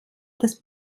das